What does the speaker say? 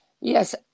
Yes